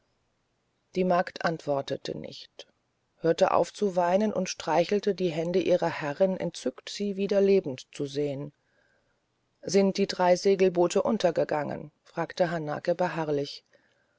die magd antwortete nicht hörte auf zu weinen und streichelte die hände ihrer herrin entzückt sie wieder lebend zu sehen sind die drei segelboote untergegangen fragte hanake beharrlich